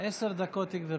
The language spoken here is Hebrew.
עשר דקות, גברתי.